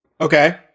Okay